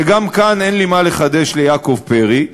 וגם כאן אין לי מה לחדש ליעקב פרי,